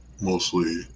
mostly